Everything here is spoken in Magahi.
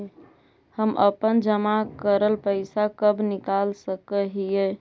हम अपन जमा करल पैसा कब निकाल सक हिय?